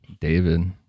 David